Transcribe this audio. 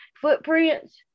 footprints